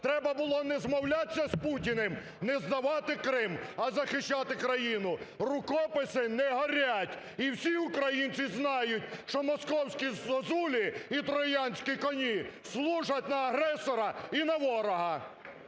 Треба було не змовляться з Путіним, не здавати Крим, а захищати країну. "Рукописи не горять", і всі українці знають, що "московські зозулі" і "троянські коні" служать на агресора і на ворога.